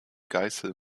geißel